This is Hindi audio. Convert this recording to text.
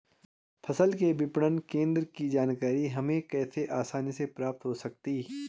फसलों के विपणन केंद्रों की जानकारी हमें कैसे आसानी से प्राप्त हो सकती?